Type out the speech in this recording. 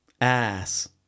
Ass